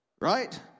Right